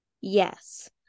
yes